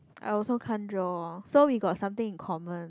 I also can't draw so we got something in common